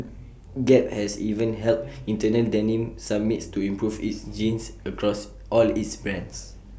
gap has even held internal denim summits to improve its jeans across all its brands